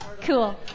Cool